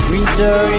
Winter